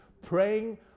praying